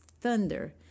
thunder